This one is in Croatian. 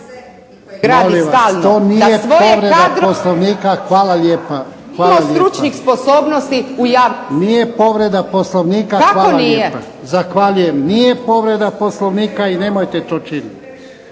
Nije povreda Poslovnika i nemojte to činiti.